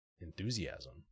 enthusiasm